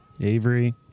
Avery